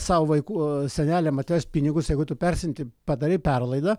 sau vaikų seneliam atvežt pinigus jeigu tu persiunti padarei perlaidą